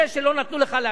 מה שאמרת קודם.